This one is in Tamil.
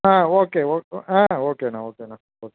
ஓகே ஓகே ஓகேன்னா ஓகேன்னா ஓகே